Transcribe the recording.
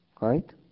Right